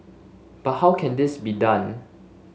but how can this be done